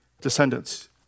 descendants